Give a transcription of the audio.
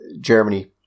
Germany